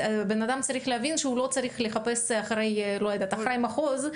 הבן אדם צריך להבין שהוא לא צריך לחפש את אחראי המחוז,